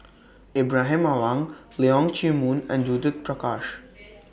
Ibrahim Awang Leong Chee Mun and Judith Prakash